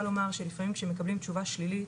לומר שלפעמים כשמקבלים תשובה שלילית,